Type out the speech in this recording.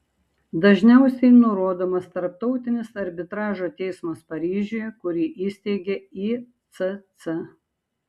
dažniausiai nurodomas tarptautinis arbitražo teismas paryžiuje kurį įsteigė icc